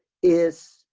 is,